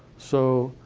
so.